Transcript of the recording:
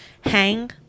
hang